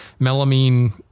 melamine